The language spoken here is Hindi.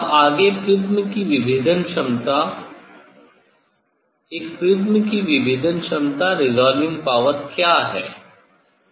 अब आगे प्रिज्म की विभेदन क्षमता एक प्रिज्म की विभेदन क्षमता क्या है